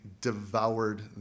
devoured